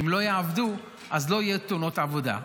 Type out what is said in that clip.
אם לא יעבדו אז לא יהיו תאונות העבודה.